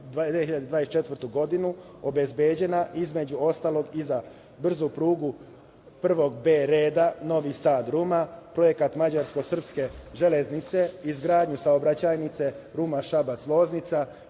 2024. godinu obezbeđena, između ostalog, i za brzu prugu prvog B reda Novi Sad – Ruma, projekat mađarsko-srpske železnice, izgradnju saobraćajnice Ruma – Šabac – Loznica,